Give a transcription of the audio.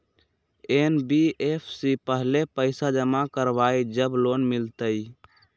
NBFC पहले पईसा जमा करवहई जब लोन मिलहई?